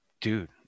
Dude